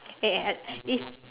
is